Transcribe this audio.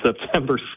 September